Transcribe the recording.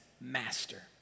master